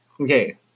Okay